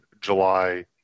July